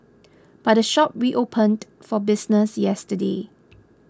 but the shop reopened for business yesterday